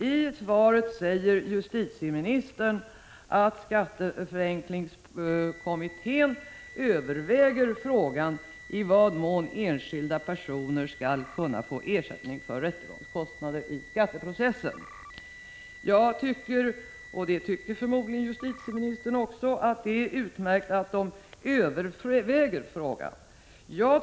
I svaret säger justitieministern att skatteförenklingskommittén överväger frågan i vad mån enskilda personer skall kunna få ersättning för rättegångskostnader i skatteprocesser. Jag tycker — och det gör förmodligen också justitieministern — att det är utmärkt att kommittén överväger frågan.